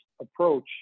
approach